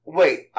wait